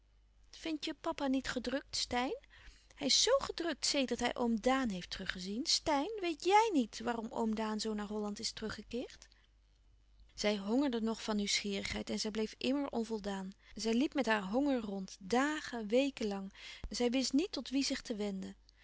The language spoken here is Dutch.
vindt je papa niet gedrukt steyn hij is zoo gedrukt sedert hij oom daan heeft teruggezien steyn weet jij niet waarom oom daan zoo naar holland is teruggekeerd zij hongerde nog van nieuwsgierigheid en zij bleef immer onvoldaan zij liep met haar honger rond dagen weken lang zij wist niet tot wie zich te wenden